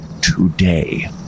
today